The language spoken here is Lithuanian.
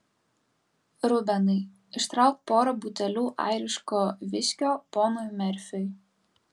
rubenai ištrauk porą butelių airiško viskio ponui merfiui